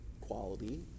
quality